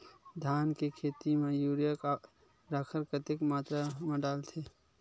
धान के खेती म यूरिया राखर कतेक मात्रा म डलथे?